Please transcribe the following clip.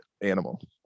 animal